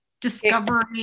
discovery